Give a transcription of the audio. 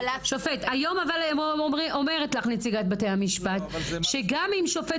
היום אבל אומרת לך נציגת בתי המשפט שגם אם שופט